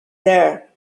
there